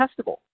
testable